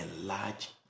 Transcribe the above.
enlarge